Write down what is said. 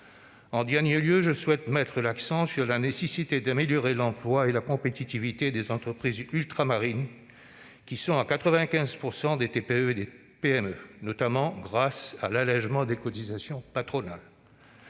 et dernier lieu, je souhaite mettre l'accent sur la nécessité d'améliorer l'emploi et la compétitivité des entreprises ultramarines- elles sont, à 95 % des TPE et des PME -, notamment grâce à l'allégement des cotisations patronales.